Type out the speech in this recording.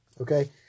okay